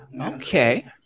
Okay